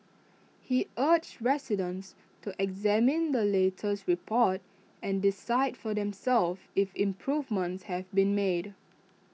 he urged residents to examine the latest report and decide for themselves if improvements have been made